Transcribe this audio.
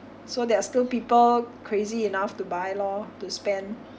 so there are still people crazy enough to buy lor to spend